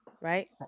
right